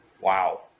Wow